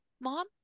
mom